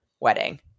wedding